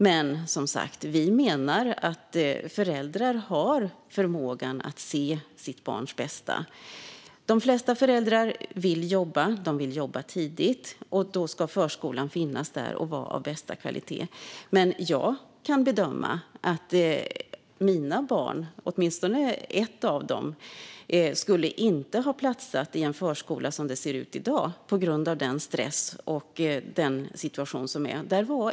Vi menar dock, som sagt, att föräldrar har förmågan att se sitt barns bästa. De flesta föräldrar vill jobba, och de vill jobba tidigt. Då ska förskolan finnas där och vara av bästa kvalitet. Men jag kan bedöma att åtminstone ett av mina barn inte skulle ha passat i en förskola som det ser ut i dag på grund av stressen och den situation som råder.